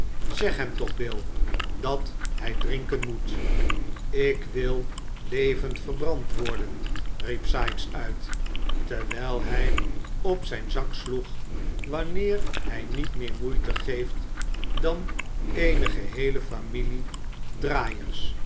zeg hem toch bill dat hij drinken moet ik wil levend verbrand worden riep sikes uit terwijl hij op zijn zak sloeg wanneer hij niet meer moeite geeft dan eene geheele familie draaiers